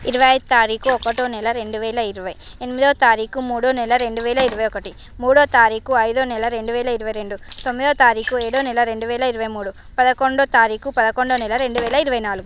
ఇరవైదావా తారీకు ఒకటో నెల రెండు వేల ఇరవై ఎనిమిదవ తారీకు మూడో నెల రెండు వేల ఇరవై ఒకటి మూడవ తారీకు ఇదో నెల రెండు వేల ఇరవై రెండు తొమ్మిదవ తారీకు ఏడవ నెల రెండు వేల ఇరవై మూడు పదకొండవ తారీకు పదకొండవ నెల రెండు వేల ఇరవై నాలుగు